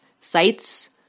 sites